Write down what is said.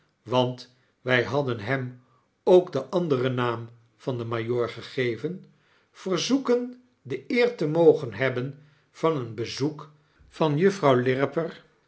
want wy hadden hem ook den anderen naam van den majoor gegeven verzoeken de eer te mogen hebben van een bezoek van mejuffrouw